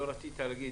שלא רצית להגיד